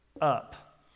up